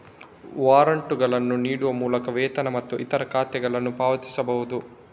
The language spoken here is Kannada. ವಾರಂಟುಗಳನ್ನು ನೀಡುವ ಮೂಲಕ ವೇತನ ಮತ್ತು ಇತರ ಖಾತೆಗಳನ್ನು ಪಾವತಿಸಬಹುದು